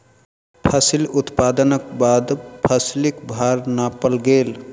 फसिल उत्पादनक बाद फसिलक भार नापल गेल